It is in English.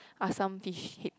are some fish hip